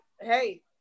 Hey